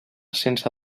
sense